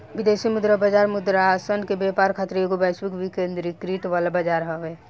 विदेशी मुद्रा बाजार मुद्रासन के व्यापार खातिर एगो वैश्विक विकेंद्रीकृत वाला बजार हवे